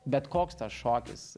bet koks tas šokis